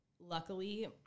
Luckily